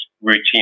routine